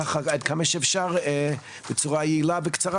שידבר עד כמה שאפשר בצורה יעילה וקצרה